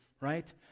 right